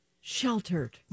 Sheltered